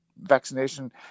vaccination